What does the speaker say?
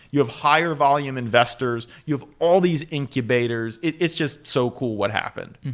you have higher volume investors, you have all these incubators. it's just so cool what happened.